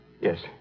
Yes